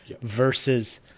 versus